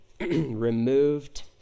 removed